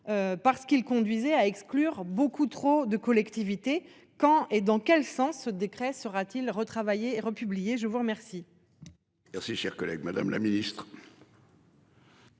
Parce qu'il conduisait à exclure beaucoup trop de collectivités quand et dans quel sens. Ce décret sera-t-il retravailler republié je vous remercie. Merci cher collègue. Madame la Ministre.